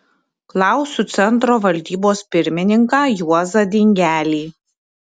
klausiu centro valdybos pirmininką juozą dingelį